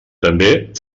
també